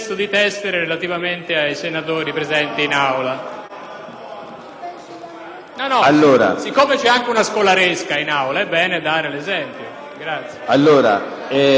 Siccome c'è anche un scolaresca in Aula è bene dare l'esempio.